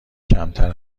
کمتر